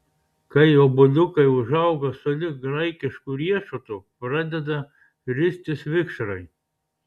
kai obuoliukai užauga sulig graikišku riešutu pradeda ristis vikšrai